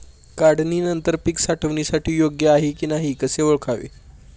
काढणी नंतर पीक साठवणीसाठी योग्य आहे की नाही कसे ओळखावे?